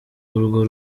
urwo